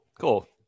Cool